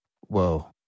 Whoa